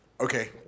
Okay